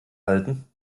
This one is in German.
halten